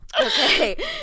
Okay